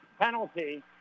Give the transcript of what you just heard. penalty